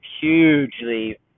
hugely